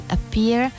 Appear